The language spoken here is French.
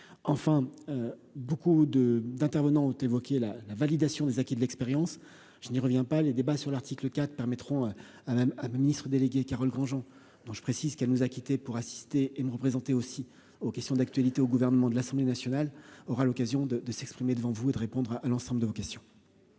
enfin beaucoup de d'intervenants ont évoqué la la validation des acquis de l'expérience, je n'y reviens pas les débats sur l'article 4 permettront à même à Ministre délégué Carole Granjean, dont je précise qu'elle nous a quittés pour assister et me représenter aussi aux questions d'actualité au gouvernement de l'Assemblée nationale, aura l'occasion de de s'exprimer devant vous et de répondre à l'ensemble de vos questions.